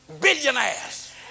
billionaires